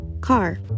Car